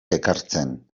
ekartzen